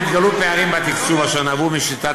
נתגלו פערים בתקצוב אשר נבעו משיטת